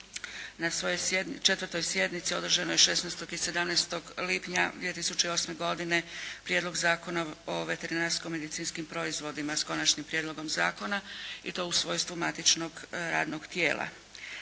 na svojoj 4. sjednici održanoj 16. i 17. lipnja 2008. Prijedlog zakona o veterinarsko-medicinskim proizvoda, s konačnim prijedlogom zakona i to u svojstvu matičnog radnog tijela.